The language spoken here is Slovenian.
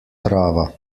trava